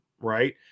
right